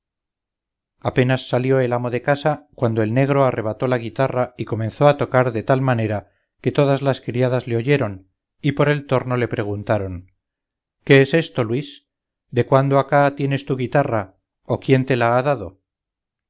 apenas salió el amo de casa cuando el negro arrebató la guitarra y comenzó a tocar de tal manera que todas las criadas le oyeron y por el torno le preguntaron qué es esto luis de cuándo acá tienes tú guitarra o quién te la ha dado